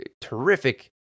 terrific